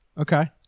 Okay